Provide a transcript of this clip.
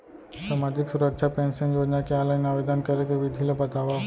सामाजिक सुरक्षा पेंशन योजना के ऑनलाइन आवेदन करे के विधि ला बतावव